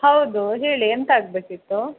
ಹೌದು ಹೇಳಿ ಎಂತ ಆಗಬೇಕಿತ್ತು